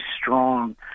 strong